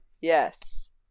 yes